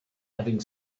having